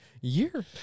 year